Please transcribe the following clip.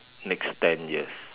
next ten years